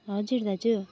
हजुर दाजु